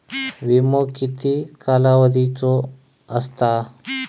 विमो किती कालावधीचो असता?